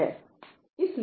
ठीक